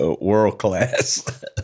world-class